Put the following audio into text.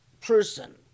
person